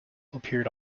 appeared